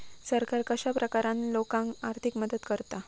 सरकार कश्या प्रकारान लोकांक आर्थिक मदत करता?